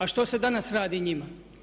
A što se danas radi njima?